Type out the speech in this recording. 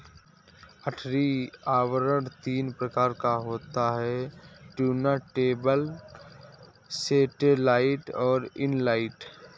गठरी आवरण तीन प्रकार का होता है टुर्नटेबल, सैटेलाइट और इन लाइन